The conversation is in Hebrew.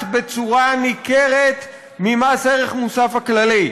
בצורה ניכרת לעומת מס ערך מוסף הכללי.